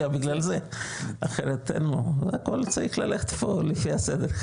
בגלל זה אחרת --- מהקואליציה צריך ללכת לפי הסדר,